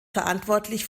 verantwortlich